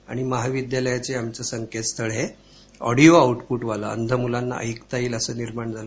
आणि महाविद्यालयाचं आमचं संकेतस्थळ हे ऑडियो आऊटपुटवालं म्हणजे अंध मुलांना ऐकता येईल असं निर्माण झालं